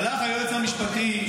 הלך היועץ המשפטי,